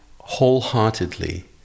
wholeheartedly